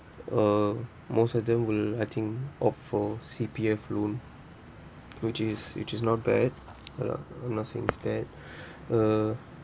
uh most of them will I think opt for C_P_F loan which is which is not bad ya lah I'm not saying is bad uh